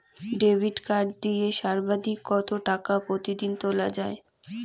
Debit card দিয়ে সর্বাধিক কত টাকা প্রতিদিন তোলা য়ায়?